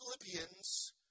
Philippians